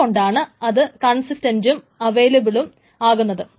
അത് കൊണ്ടാണ് ഇത് കൺസിസ്റ്റൻറ്റും അവൈലബുളും ആകുന്നത്